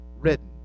written